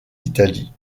italie